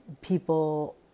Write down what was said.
people